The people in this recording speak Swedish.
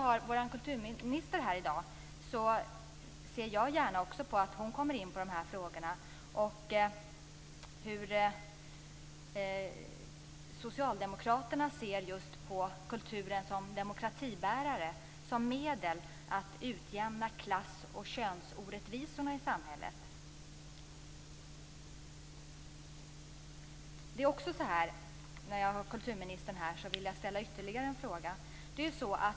Eftersom vår kulturminister är här i dag ser jag gärna att hon också kommer in på dessa frågor och att hon talar om hur Socialdemokraterna ser just på kulturen som demokratibärare och som medel att utjämna klass och könsorättvisorna i samhället.